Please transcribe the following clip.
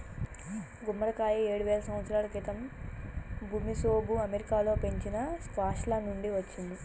గుమ్మడికాయ ఏడువేల సంవత్సరాల క్రితం ఋమెసోఋ అమెరికాలో పెంచిన స్క్వాష్ల నుండి వచ్చింది